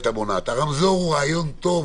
הרמזור הוא רעיון טוב,